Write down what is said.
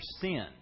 sin